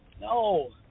No